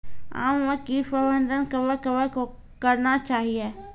आम मे कीट प्रबंधन कबे कबे करना चाहिए?